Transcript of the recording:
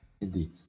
Indeed